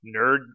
nerd